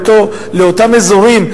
באותם אזורים,